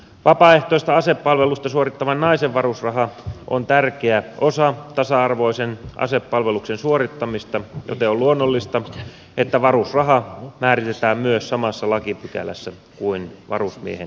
vapaaehtoista asepalvelusta suorittavan naisen varusraha on tärkeä osa tasa arvoisen asepalveluksen suorittamista joten on luonnollista että varusraha määritetään myös samassa lakipykälässä kuin varusmiehen päiväraha